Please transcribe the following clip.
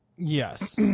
Yes